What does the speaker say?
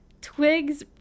twigs